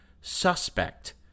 suspect